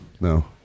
no